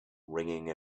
ringing